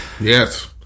Yes